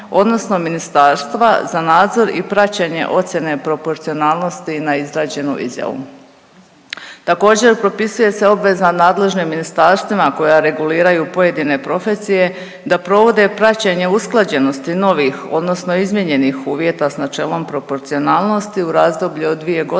odnosno ministarstva za nadzor i praćenje ocijene proporcionalnosti za izrađenu izjavu. Također propisuje se obveza nadležnim ministarstvima koja reguliraju pojedine profesije da provode praćenje usklađenosti novih odnosno izmijenjenih uvjeta s načelom proporcionalnosti u razdoblju od dvije godine